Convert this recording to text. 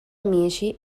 amici